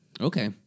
Okay